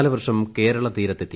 കാലവർഷം കേരള തീരത്തെത്തി